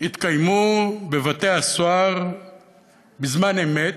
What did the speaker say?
יתקיימו בבתי-הסוהר בזמן אמת,